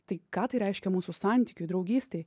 tai ką tai reiškia mūsų santykiui draugystei